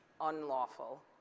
unlawful